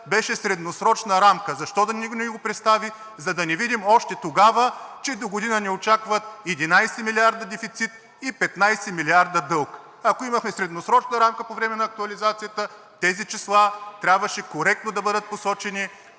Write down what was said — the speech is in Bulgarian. беше средносрочна рамка. Защо не ни го представи? За да не видим още тогава, че догодина ни очакват 11 милиарда дефицит и 15 милиарда дълг. Ако имахме средносрочна рамка по време на актуализацията, тези числа трябваше коректно да бъдат посочени